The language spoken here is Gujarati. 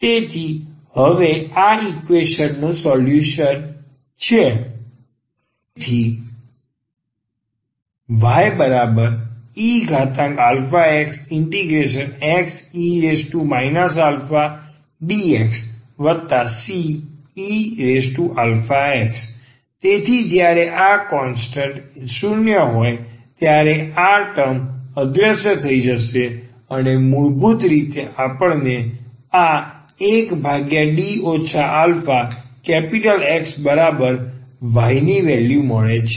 તેથી હવે આ ઈકવેશન નો આ સોલ્યુશન તેથી ⟹yeaxXe axdxCeax તેથી જ્યારે આ કોન્સ્ટન્ટ 0 હોય ત્યારે આ ટર્મ અદૃશ્ય થઈ જશે અને મૂળભૂત રીતે આપણને આ 1D aXy ની વેલ્યૂ મળે છે